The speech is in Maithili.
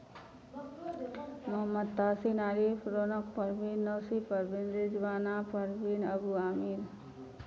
मोहम्मद ताशीन आरिफ रौनक परबीन नौसी परबीन रिज़बाना परबीन अबू आमिर